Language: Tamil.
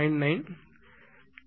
9 ஏதாவது